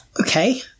Okay